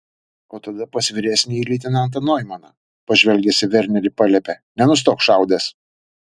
o tada pas vyresnįjį leitenantą noimaną pažvelgęs į vernerį paliepė nenustok šaudęs